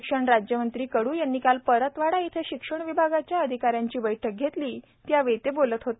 शिक्षण राज्यमंत्री कडू यांनी काल परतवाडा येथे शिक्षण विभागाच्या अधिका यांची बठक घेतली त्यावेळी ते बोलत होते